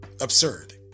absurd